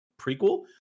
prequel